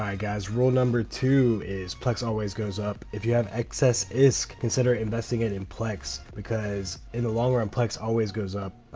guys, rule number two is plex always goes up. if you have excess isk consider investing it in plex because in the long run plex always goes up.